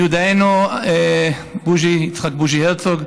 מיודענו יצחק בוז'י הרצוג.